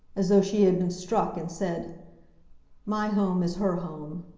as though she had been struck, and said my home is her home.